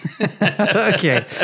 Okay